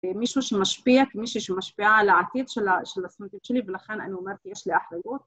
‫מישהו שמשפיע, כמישהו שמשפיע ‫על העתיד של הסרטים שלי, ‫ולכן אני אומרת, יש לי אחריות.